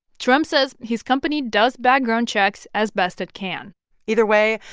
trump says his company does background checks as best it can either way,